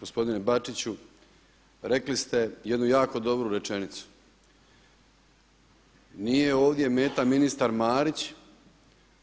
Gospodine Bačiću, rekli ste jednu jako dobru rečenicu, nije ovdje meta ministar Marić